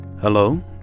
Hello